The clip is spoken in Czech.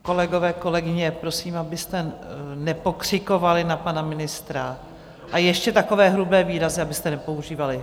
Kolegové, kolegyně, prosím, abyste nepokřikovali na pana ministra a ještě takové hrubé výrazy abyste nepoužívali.